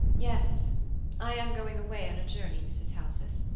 yes i am going away on a journey, mrs. helseth.